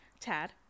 Tad